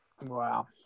Wow